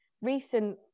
recent